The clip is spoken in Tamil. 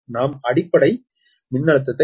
நாம் அடிப்படை மின்னழுத்தத்தை 11